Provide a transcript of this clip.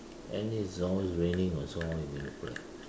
tennis can always raining also how you going to play